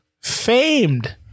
famed